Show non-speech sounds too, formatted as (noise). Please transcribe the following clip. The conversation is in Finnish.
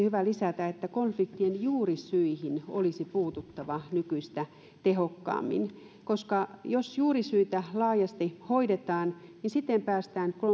(unintelligible) hyvä lisätä myös siksi että konfliktien juurisyihin olisi puututtava nykyistä tehokkaammin koska jos juurisyitä laajasti hoidetaan niin siten päästään